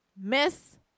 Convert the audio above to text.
Miss